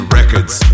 records